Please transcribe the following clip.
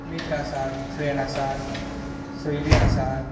मित्र आसा फ्रेंन्ड आसा सोयरी आसात